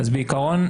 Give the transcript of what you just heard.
בעיקרון,